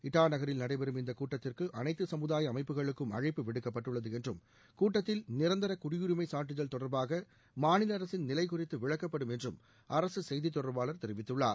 இட்டா நகரில் நடைபெறும் இந்தக் கூட்டத்திற்கு அளைத்து சமுதாய அமைப்புகளுக்கும் அழைப்பு விடுக்கப்பட்டுள்ளது என்றும் கூட்டத்தில் நிரந்தர குடியுரிமை சான்றிதழ் தொடர்பாக மாநில அரசின் நிலை குறித்து விளக்கப்படும் என்றும் அரசு செய்தி தொடர்பாளர் தெரிவித்துள்ளார்